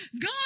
God